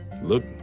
look